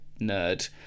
nerd